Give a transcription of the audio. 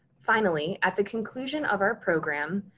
finally, at the conclusion of our program,